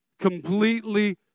completely